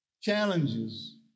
challenges